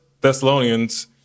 Thessalonians